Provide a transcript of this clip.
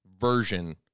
version